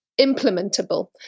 implementable